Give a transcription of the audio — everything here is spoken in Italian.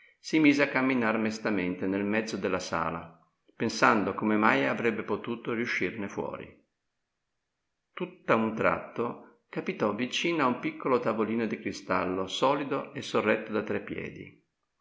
si mise a camminar mestamente nel mezzo della sala pensando come mai avrebbe potuto riuscirne fuori tutt'a un tratto capitò vicina a un piccolo tavolino di cristallo solido e sorretto da tre piedi